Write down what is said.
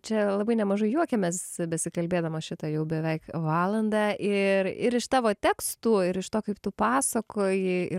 čia labai nemažai juokiamės besikalbėdamos šitą jau beveik valandą ir ir iš tavo tekstų ir iš to kaip tu pasakoji ir